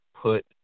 put